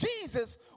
Jesus